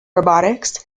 robotics